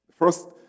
First